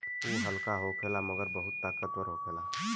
उ हल्का होखेला मगर बहुत ताकतवर होखेला